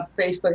Facebook